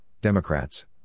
Democrats